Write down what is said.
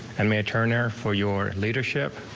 and matt turner for your leadership.